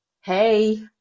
Hey